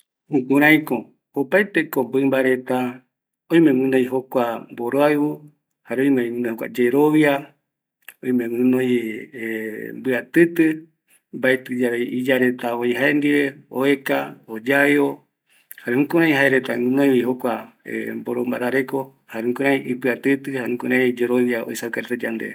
Jukuraiko mɨmba reta oime guinoi mboroau, oime guinoi yerovia, oime guinoi e mbɨatɨtɨ, mbaeti yave iya reta oi jaendive, oeka, oyaeo, jukurai jaereta guinoi jokua mboro mbarareko, jukurai guinoi mbia tɨtɨ, jare yerovia oesauka vi yandeve